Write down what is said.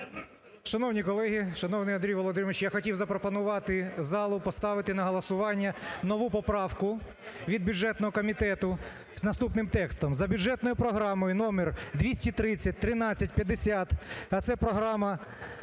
Шановні колеги, шановний Андрій Володимирович, я хотів запропонувати залу поставити на голосування нову поправку від бюджетного комітету з наступним текстом: "За бюджетною програмою номер 2301350, а це програма